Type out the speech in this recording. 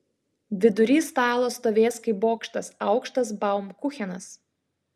vidury stalo stovės kaip bokštas aukštas baumkuchenas